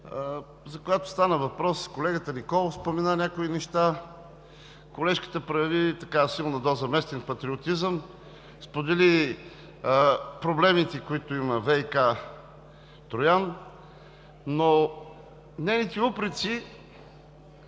за която стана въпрос. Колегата Николов спомена някои неща. Колежката прояви силна доза местен патриотизъм, сподели проблемите, които има ВиК Троян, но нейните упреци